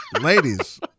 ladies